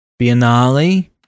Biennale